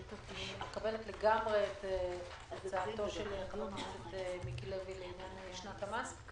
אני מקבלת לגמרי את הצעתו של חבר הכנסת מיקי לוי לעניין שנת המס.